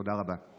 תודה רבה.